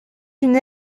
une